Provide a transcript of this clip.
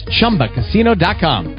ChumbaCasino.com